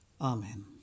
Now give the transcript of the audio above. Amen